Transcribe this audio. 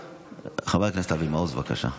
חבר הכנסת אבי מעוז, בבקשה.